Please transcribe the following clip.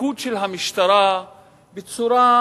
הפיקוד של המשטרה בצורה